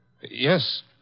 Yes